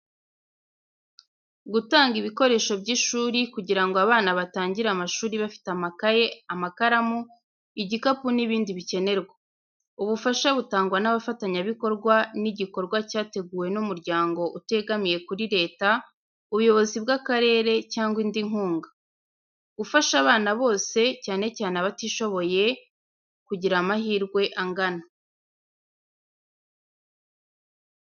Gutanga ibikoresho by'ishuri kugira ngo abana batangire amashuri bafite amakayi, amakaramu, igikapu n’ibindi bikenerwa. Ubufasha butangwa n’abafatanyabikorwa n'igikorwa cyateguwe n'umuryango utegamiye kuri leta, ubuyobozi bw’akarere cyangwa indi nkunga. Gufasha abana bose, cyane cyane abatishoboboye kugira amahirwe angana.